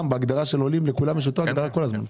בהגדרה של עולים, לכולם יש את אותה הגדרה כל הזמן.